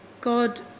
God